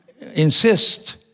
insist